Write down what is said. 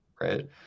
right